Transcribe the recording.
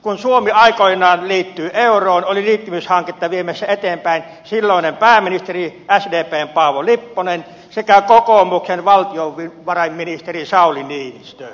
kun suomi aikoinaan liittyi euroon oli liittymishanketta viemässä eteenpäin silloinen pääministeri sdpn paavo lipponen sekä kokoomuksen valtiovarainministeri sauli niinistö